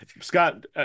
Scott